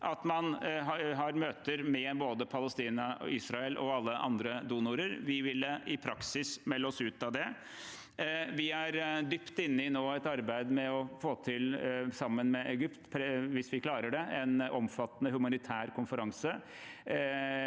at man har møter med både Palestina, Israel og alle andre donorer. Vi ville i praksis melde oss ut av den. Vi er nå dypt inne i et arbeid sammen med Egypt, hvis vi klarer det, med å få til en omfattende humanitær konferanse